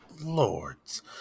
Lords